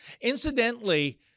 Incidentally